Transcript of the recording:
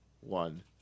one